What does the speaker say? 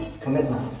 Commitment